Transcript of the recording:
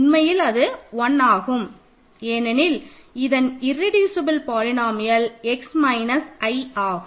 உண்மையில் இது 1 ஆகும் ஏனெனில் இதன் irreducible polynomial x minus i ஆகும்